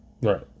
Right